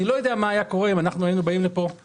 אני לא יודע מה היה קורה אם אנחנו היינו באים לפה